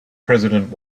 president